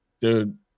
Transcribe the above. dude